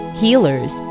healers